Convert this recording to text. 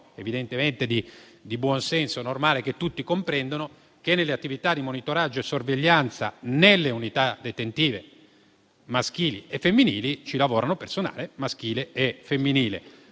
evidentemente di buon senso e normale, che tutti comprendono, che nelle attività di monitoraggio e sorveglianza nelle unità detentive maschili e femminili ci lavora personale maschile e femminile.